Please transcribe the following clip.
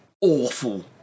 awful